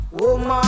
Woman